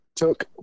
took